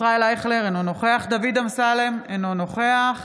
ישראל אייכלר, אינו נוכח דוד אמסלם, אינו נוכח